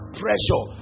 pressure